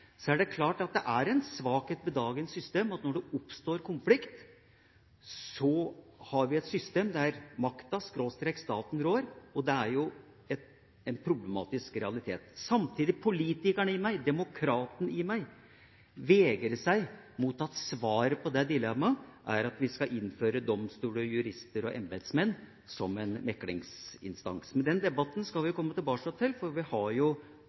så fylkeskommune og kommune og over i en figur som er mer horisontal, vannrett, der vi plasserer kommuner, fylkeskommuner og stat ved siden av hverandre. Hvis vi tar litt mer den tilnærminga, er det klart at det er en svakhet ved dagens system at når det oppstår konflikt, har vi et system der makta/staten rår, og det er jo en problematisk realitet. Samtidig vegrer politikeren i meg, demokraten i meg, seg mot at svaret på det dilemmaet er at vi skal innføre domstoler,